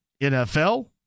NFL